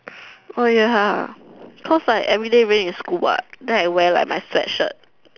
oh ya cause like everyday rain in school what then I wear like my sweat shirt